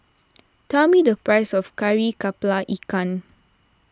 tell me the price of Kari Kepala Ikan